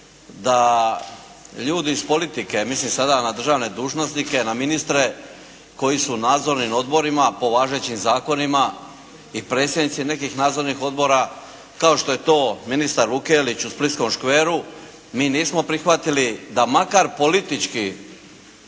da ljudi iz politike, mislim sada na državne dužnosnike, na ministre koji su u nadzornim odborima po važećim zakonima i predsjednici nekih nadzornih odbora kao što je to ministar Vukelić u splitskom škveru. Mi nismo prihvatili da makar politički